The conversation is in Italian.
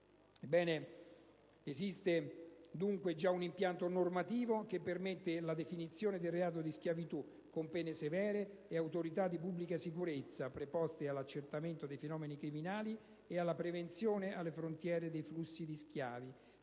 esiste già un impianto normativo che permette la definizione del reato di schiavitù, con pene severe e autorità di pubblica sicurezza preposte all'accertamento dei fenomeni criminali e alla prevenzione alle frontiere dei flussi di schiavi.